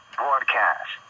broadcast